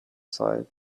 side